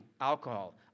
alcohol